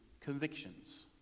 convictions